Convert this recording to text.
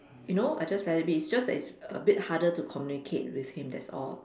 you know I just let it be it's just that it's a bit harder to communicate with him that's all